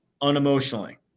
unemotionally